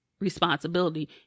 responsibility